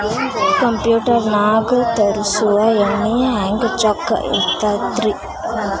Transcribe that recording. Computer ನಾಗ ತರುಸುವ ಎಣ್ಣಿ ಹೆಂಗ್ ಚೊಕ್ಕ ಇರತ್ತ ರಿ?